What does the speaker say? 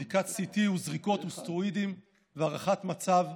בדיקת CT וזריקות וסטרואידים והערכת מצב,